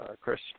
Chris